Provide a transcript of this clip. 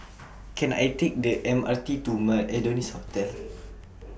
Can I Take The M R T to Adonis Hotel